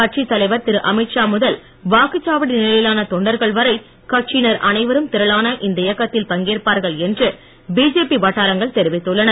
கட்சித் தலைவர் திருஅமித்ஷா முதல் வாக்குச்சாவடி நிலையிலான தொண்டர்கள் வரை கட்சியினர் அனைவரும் திரளான இந்த இயக்கத்தில் பங்கேற்பார்கள் என்று பிஜேபி வட்டாரங்கள் தெரிவித்துள்ளன